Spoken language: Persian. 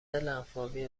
لنفاوی